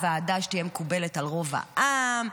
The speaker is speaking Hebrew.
"ועדה שתהיה מקובלת על רוב העם"